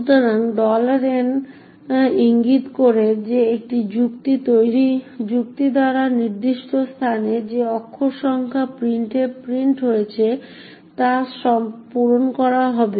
সুতরাং n ইঙ্গিত করে যে একটি যুক্তি দ্বারা নির্দিষ্ট স্থানে যে অক্ষর সংখ্যা printf প্রিন্ট হয়েছে তা পূরণ করা হবে